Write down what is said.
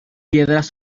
piedras